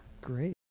Great